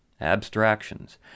abstractions